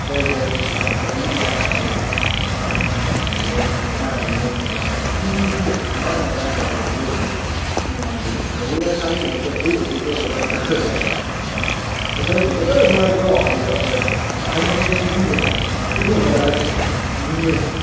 ꯆꯠꯁꯤ ꯆꯠꯁꯤ ꯆꯠꯁꯤ ꯑꯩꯁꯨ ꯆꯠꯅꯤꯡꯉꯤꯕꯅꯤ ꯂꯥꯏ ꯍꯔꯥꯎꯕꯗꯣ ꯑꯗꯒꯤ ꯂꯥꯏ ꯍꯔꯥꯎꯕ ꯌꯦꯡꯉꯒ ꯅꯨꯡꯕꯨ ꯅꯨꯡꯁꯤꯔꯛꯏꯗ ꯑꯉꯥꯡ ꯑꯣꯏꯔꯤꯉꯩꯗ ꯂꯥꯏ ꯍꯔꯥꯎꯕ ꯌꯥꯎꯒꯤꯕꯗꯨꯗ ꯀꯩꯅꯣꯒ ꯇꯧꯕ ꯖꯒꯣꯏꯒ ꯁꯥꯈꯤꯕꯗꯣ ꯍꯩꯕꯣꯏ ꯍꯩꯇꯕꯣꯏ ꯇꯧꯔꯒ ꯃꯇꯝꯗꯣ ꯃꯇꯝꯗꯣ ꯅꯨꯡꯉꯥꯏꯇ꯭ꯔꯣ ꯑꯗꯨꯗ ꯑꯩꯈꯣꯏ ꯑꯍꯟ ꯃꯈꯩꯅ ꯅꯨꯡꯁꯤꯗꯅ ꯂꯥꯜꯂꯛꯄꯗꯣ ꯅꯪ ꯅꯤꯡꯁꯤꯡꯗ꯭ꯔꯥꯅꯦ